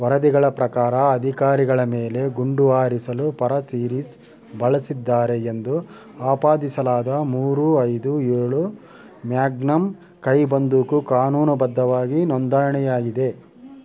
ವರದಿಗಳ ಪ್ರಕಾರ ಅಧಿಕಾರಿಗಳ ಮೇಲೆ ಗುಂಡು ಹಾರಿಸಲು ಪರಸೀರಿಸ್ ಬಳಸಿದ್ದಾರೆ ಎಂದು ಆಪಾದಿಸಲಾದ ಮೂರು ಐದು ಏಳು ಮ್ಯಾಗ್ನಮ್ ಕೈ ಬಂದೂಕು ಕಾನೂನುಬದ್ಧವಾಗಿ ನೋಂದಣಿಯಾಗಿದೆ